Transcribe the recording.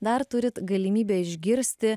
dar turit galimybę išgirsti